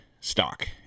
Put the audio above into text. stock